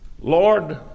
Lord